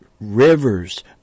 rivers